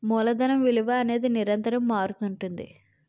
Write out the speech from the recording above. మూలధనం విలువ అనేది నిరంతరం మారుతుంటుంది